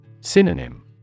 Synonym